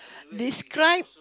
describe